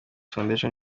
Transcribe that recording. fondation